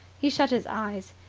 he shut his eyes.